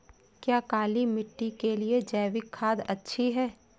क्या काली मिट्टी के लिए जैविक खाद अच्छी है?